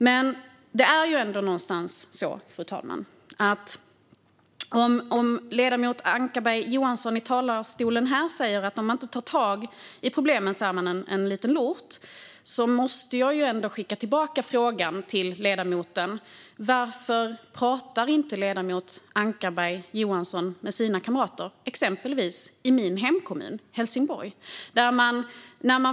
Men ledamoten Ankarberg Johansson säger i talarstolen här att om man inte tar tag i problemen är man en liten lort. Då måste jag skicka tillbaka frågan till ledamoten. Varför pratar inte ledamoten Ankarberg Johansson med sina kamrater i exempelvis min hemkommun Helsingborg?